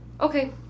okay